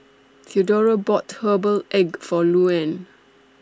Theodora bought Herbal Egg For Luann